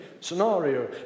scenario